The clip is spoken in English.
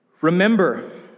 Remember